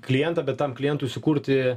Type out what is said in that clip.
klientą bet tam klientui sukurti